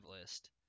list